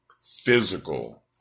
physical